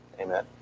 Amen